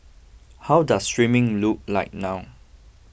how does streaming look like now